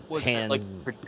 hands